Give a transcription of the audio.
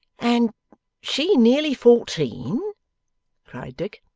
and she nearly fourteen cried dick.